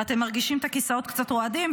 ואתם מרגישים את הכיסאות קצת רועדים,